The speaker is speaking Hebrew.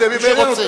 אנחנו עושים